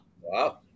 Wow